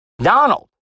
Donald